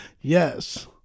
Yes